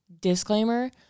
disclaimer